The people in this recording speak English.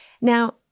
Now